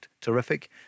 terrific